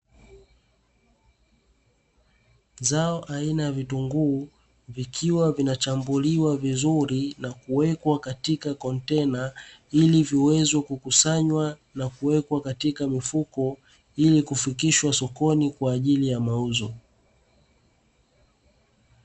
Zao aina ya vitunguu vikiwa vinachambuliwa vizuri na kuwekwa katika kontena, ili viweze kukusanywa na kuwekwa katika mifuko ili kufikishwa sokoni kwa ajili ya mauzo.